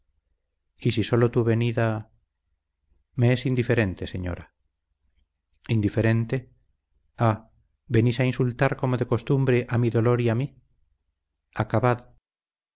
si sólo tu venida me es indiferente señora indiferente ah venís a insultar como de costumbre a mi dolor y a mí acabad